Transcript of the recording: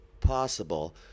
possible